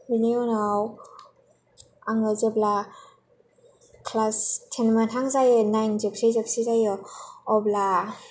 बेनि उनाव आङो जेब्ला क्लास टेन मोनहां जायो नाइन जोबनोसै जोबनोसै जायो अब्ला